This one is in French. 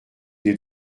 des